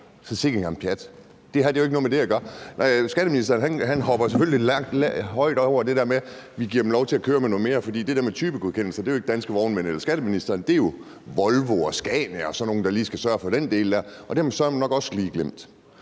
Så sikke en gang pjat! Det har jo ikke noget med det at gøre. Skatteministeren hopper selvfølgelig let hen over det der med at give dem lov til køre med noget mere, for det med typegodkendelser sørger Danske Vognmænd eller skatteministeren jo ikke for. Det er jo Volvo og Scania og sådan nogle, der skal sørge for den del, og dem har man søreme også lige glemt.